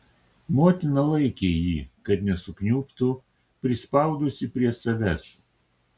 motina laikė jį kad nesukniubtų prispaudusi prie savęs